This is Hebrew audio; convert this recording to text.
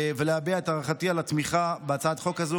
ולהביע את הערכתי על התמיכה בהצעת החוק הזאת.